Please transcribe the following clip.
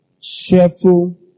cheerful